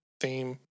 theme